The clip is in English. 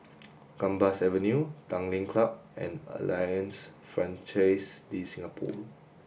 Gambas Avenue Tanglin Club and Alliance Francaise De Singapour